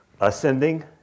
ascending